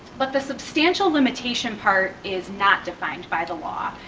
but the substantial limitation part is not defined by the law.